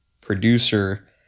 producer